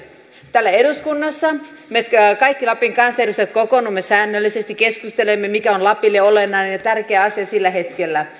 täällä eduskunnassa me kaikki lapin kansanedustajat kokoonnumme säännöllisesti keskustelemme mikä on lapille olennainen ja tärkeä asia sillä hetkellä